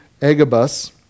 Agabus